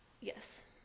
yes